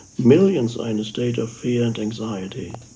millions are in a state of fear and anxiety.